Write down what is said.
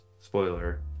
spoiler